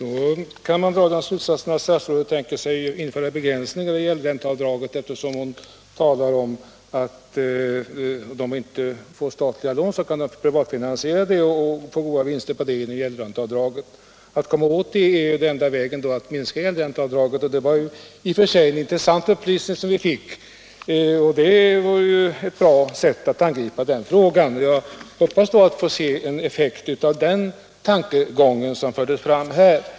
Herr talman! Kan man dra några slutsatser när statsrådet talar om att införa begränsningar i gäldränteavdraget? Fru Friggebo talar om att de som inte får statliga lån kan privatfinansiera och få goda vinster med gäldränteavdraget. Den enda vägen att komma åt det är att minska gäldränteavdraget. Det var i och för sig en intressant upplysning och ett bra sätt att ingripa i den frågan. Jag hoppas att få se en effekt av den tankegången.